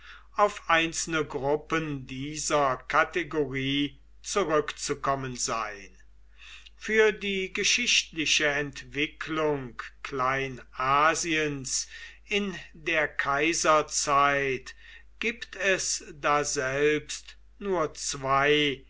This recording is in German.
auf einzelne gruppen dieser kategorie zurückzukommen sein für die geschichtliche entwicklung kleinasiens in der kaiserzeit gibt es daselbst nur zwei